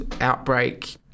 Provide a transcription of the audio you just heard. outbreak